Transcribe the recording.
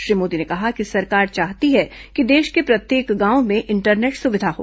श्री मोदी ने कहा कि सरकार चाहती है कि देश के प्रत्येक गांव में इंटरनेट सुविधा हो